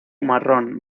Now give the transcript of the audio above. marrón